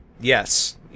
Yes